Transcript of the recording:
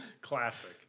Classic